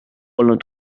olnud